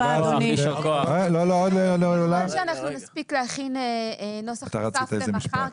אני מקווה שאנחנו נספיק להכין נוסח נוסף למחר,